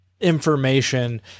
information